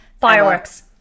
Fireworks